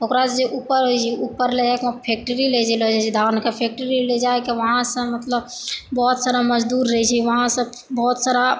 ओकरो सऽ जे उपज होइ छै उपर ले जाय कऽ फेक्ट्री ले गैलो जाइ छै धान के फेक्ट्री ले जाइ के वहाॅं सऽ मतलब बहुत सारा मजदूर रहै छै वहाॅं सऽ बहुत सारा